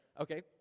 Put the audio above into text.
Okay